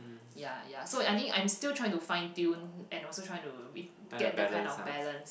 ya ya so I think I'm still trying to fine tune and also trying to get that kind of balance